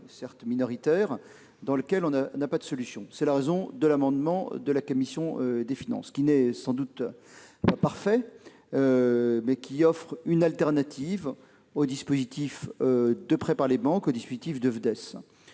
certes minoritaires, dans lesquels nous n'avons pas de solutions. C'est la raison d'être de l'amendement de la commission des finances, qui n'est sans doute pas parfait, mais qui offre une alternative au dispositif de prêts par les banques et par le fonds